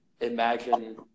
imagine